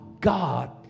God